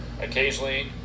occasionally